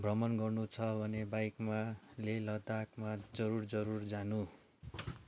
भ्रमण गर्नु छ भने बाइकमा ले लदाकमा जरुर जरुर जानु